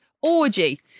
orgy